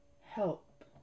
help